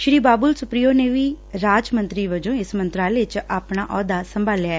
ਸ੍ਰੀ ਬਾਬੁਲ ਸੁਪਰੀਓ ਨੇ ਵੀ ਰਾਜਮੰਤਰੀ ਵਜੋਂ ਇਸੇ ਮੰਤਰਾਲੇ 'ਚ ਆਪਣਾ ਅਹੁਦਾ ਸੰਭਾਲਿਆ